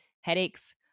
headaches